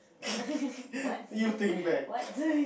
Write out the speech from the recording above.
you take back